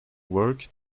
work